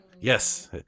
Yes